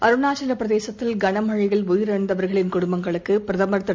அருணாச்சல பிரதேசத்தில் கனமழையில் உயிரிழந்தவர்களின் குடும்பங்களுக்கு பிரதமர் திரு